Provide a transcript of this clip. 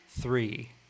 three